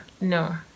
no